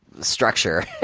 structure